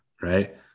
right